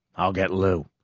i'll get lou.